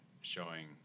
showing